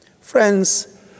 Friends